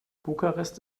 bukarest